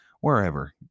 wherever